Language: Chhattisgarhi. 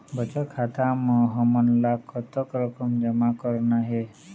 बचत खाता म हमन ला कतक रकम जमा करना हे?